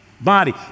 body